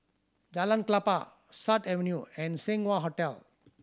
Jalan Klapa Sut Avenue and Seng Wah Hotel